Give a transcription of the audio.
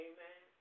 Amen